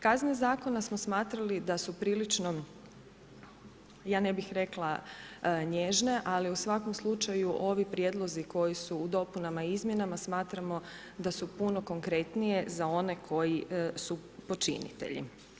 Kazne zakona smo smatrali da su prilično, ja ne bih rekla nježne, ali u svakom slučaju ovi prijedlozi koji su u dopunama i izmjenama smatramo da su puno konkretnije za one koji su počinitelji.